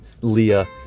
Leah